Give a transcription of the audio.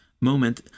moment